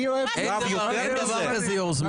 אין דבר כזה יושב-ראש זמני.